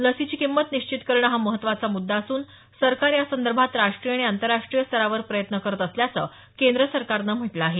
लसीची किंमत निश्चित करणं हा महत्वाचा मुद्दा असून सरकार यासंदर्भात राष्ट्रीय आणि आंतरराष्ट्रीय स्तरावर प्रयत्न करत असल्याचं केंद्र सरकारनं म्हटलं आहे